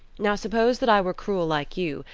now suppose that i were cruel like you,